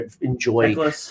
enjoy